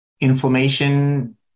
Inflammation